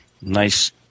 nice